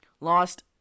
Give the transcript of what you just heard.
lost